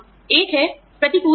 एक है प्रतिकूल चयन